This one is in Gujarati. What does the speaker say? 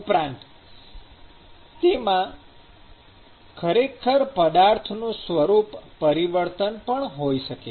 ઉપરાંત તેમાં ખરેખર પદાર્થનું સ્વરૂપ પરિવર્તન પણ હોઈ શકે છે